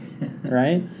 right